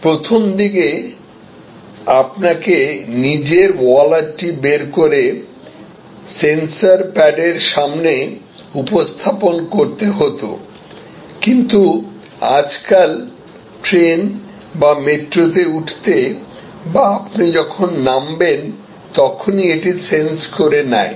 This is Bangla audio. প্রথমদিকে আপনাকে নিজের ওয়ালেটটি বের করে সেন্সর প্যাডের সামনে উপস্থাপন করতেহতো কিন্তু আজকাল ট্রেন বা মেট্রোতে উঠতে বা আপনি যখন নামবেন তখনই এটি সেন্স করে নেয়